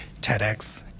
TEDx